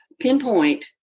pinpoint